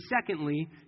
secondly